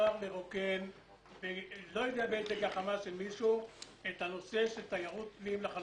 אי-אפשר לרוקן בגחמה של מישהו את הנושא של תיירות פנים לחלוטין.